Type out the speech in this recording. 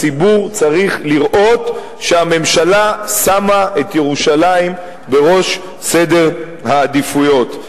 הציבור צריך לראות שהממשלה שמה את ירושלים בראש סדר העדיפויות.